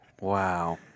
Wow